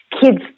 kids